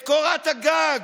את קורת הגג,